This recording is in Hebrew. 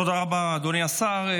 תודה רבה, אדוני השר.